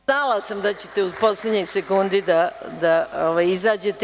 Znala sam da ćete u poslednjoj sekundi da izađete iz teme.